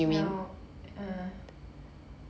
smell uh